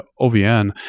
OVN